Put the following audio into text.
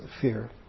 fear